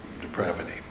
depravity